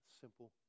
simple